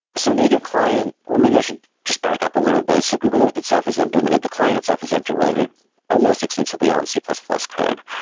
so native client, well maybe i should just back up a little bit. so google earth itself is implemented, the client itself is implemented all most extensively all in c plus plus code.